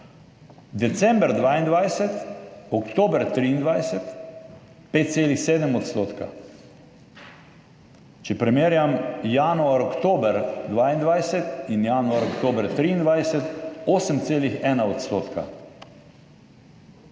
December 2022, oktober 2023 5,7 %. Če primerjam januar, oktober 2022 in januar, oktober 2023, 8,1 %.